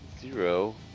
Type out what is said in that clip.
Zero